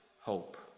hope